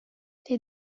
les